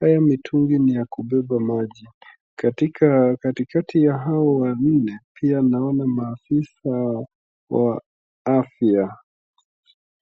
hayo mitingu ni ya kubeba maji katikati ya hao wanne pia naona maafisa wa afya.